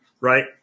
right